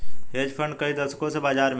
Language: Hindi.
हेज फंड कई दशकों से बाज़ार में हैं